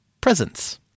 presents